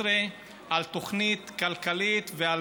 רגילה לסדר-היום.